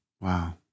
Wow